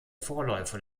vorläufer